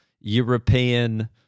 European